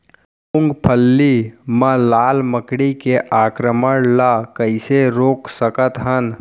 मूंगफली मा लाल मकड़ी के आक्रमण ला कइसे रोक सकत हन?